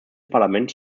parlament